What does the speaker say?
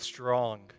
strong